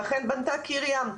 ואכן בנתה קיר ים.